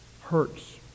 hurts